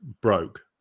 broke